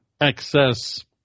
excess